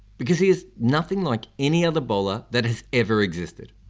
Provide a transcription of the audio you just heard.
because he is nothing like any other bowler that has ever existed.